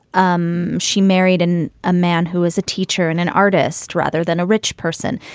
um she married an a man who is a teacher and an artist rather than a rich person.